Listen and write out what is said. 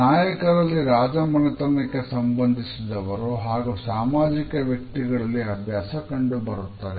ನಾಯಕರಲ್ಲಿ ರಾಜಮನೆತನಕ್ಕೆ ಸಂಬಂಧಿಸಿದವರು ಹಾಗೂ ಸಾಮಾಜಿಕ ವ್ಯಕ್ತಿಗಳಲ್ಲಿ ಅಭ್ಯಾಸ ಕಂಡುಬರುತ್ತದೆ